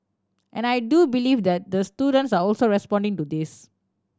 and I do believe the the students are also responding to this